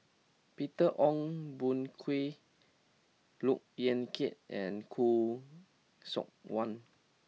Peter Ong Boon Kwee Look Yan Kit and Khoo Seok Wan